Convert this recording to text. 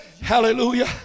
Hallelujah